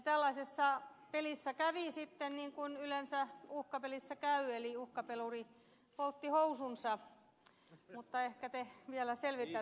tällaisessa pelissä kävi sitten niin kuin yleensä uhkapelissä käy eli uhkapeluri poltti housunsa mutta ehkä te vielä selvitätte sitä